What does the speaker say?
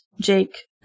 Jake